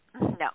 no